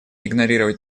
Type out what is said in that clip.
игнорировать